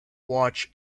watch